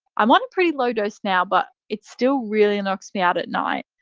i'm on a pretty low dose now but it still really knocks me out at night.